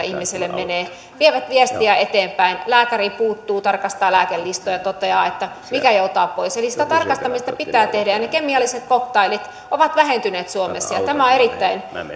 ihmiselle menee he vievät viestiä eteenpäin lääkäri puuttuu tarkastaa lääkelistoja ja toteaa mikä joutaa pois eli sitä tarkastamista pitää tehdä ja ne kemialliset cocktailit ovat vähentyneet suomessa ja tämä on erittäin